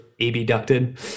abducted